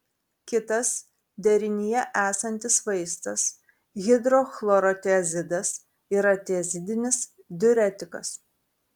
kitas derinyje esantis vaistas hidrochlorotiazidas yra tiazidinis diuretikas